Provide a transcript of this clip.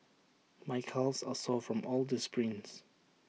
my calves are sore from all the sprints